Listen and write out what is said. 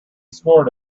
scored